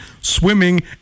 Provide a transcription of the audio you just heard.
swimming